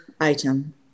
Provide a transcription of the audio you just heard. item